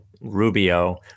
Rubio